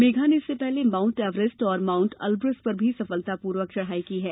मेघा ने इससे पहले माउंट एवरेस्ट और माउंट एलब्रस पर भी सफलतापूर्वक चढ़ाई की है